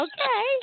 Okay